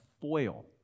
foil